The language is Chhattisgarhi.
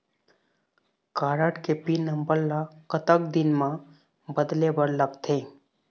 कारड के पिन नंबर ला कतक दिन म बदले बर लगथे?